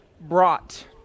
brought